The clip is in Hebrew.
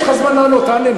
יש לך זמן לענות, תענה.